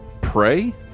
pray